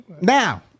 now